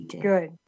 Good